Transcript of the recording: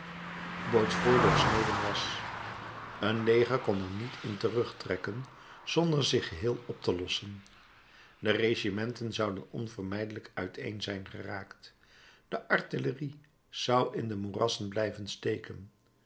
boitsfort doorsneden was een leger kon er niet in terugtrekken zonder zich geheel op te lossen de regimenten zouden onvermijdelijk uiteen zijn geraakt de artillerie zou in de moerassen blijven steken